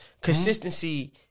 consistency